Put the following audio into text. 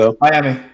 Miami